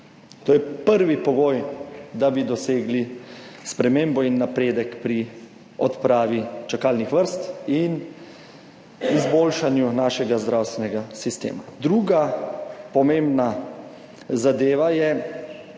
To je prvi pogoj, da bi dosegli spremembo in napredek pri odpravi čakalnih vrst in izboljšanju našega zdravstvenega sistema. Druga pomembna zadeva je: